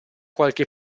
qualche